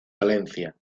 valencia